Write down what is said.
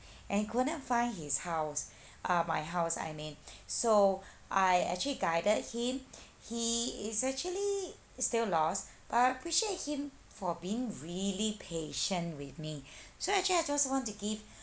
and couldn't find his house uh my house I mean so I actually guided him he is actually still lost but I appreciate him for being really patient with me so actually I just want to give